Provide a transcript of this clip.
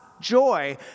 joy